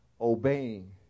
obeying